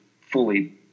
fully